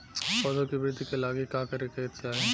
पौधों की वृद्धि के लागी का करे के चाहीं?